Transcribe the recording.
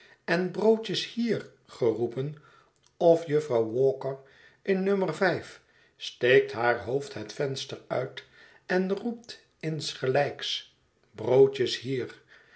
en broodjes hier geroepen of jufvrouw walker in no steekt haar hoofd het venster uit en rpept insgelijks broodjes hier